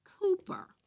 Cooper